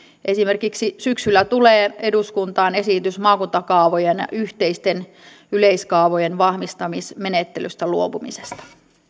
esimerkiksi syksyllä tulee eduskuntaan esitys maakuntakaavojen yhteisten yleiskaavojen vahvistamismenettelystä luopumisesta